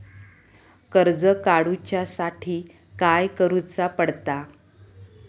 कर्ज काडूच्या साठी काय करुचा पडता?